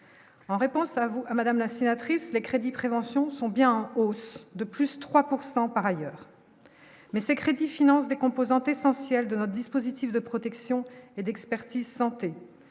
en réponse à vous madame la sénatrice les crédits prévention sont bien en hausse de plus de 3 pourcent par ailleurs mais ces crédits finance des composantes essentielles de notre dispositif de protection et d'expertise santé